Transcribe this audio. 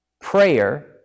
Prayer